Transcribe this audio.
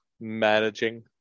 managing